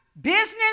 business